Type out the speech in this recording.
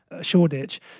shoreditch